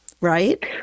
Right